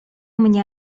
mnie